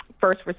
first